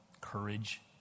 courage